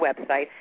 website